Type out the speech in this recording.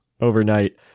overnight